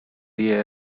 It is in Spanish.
día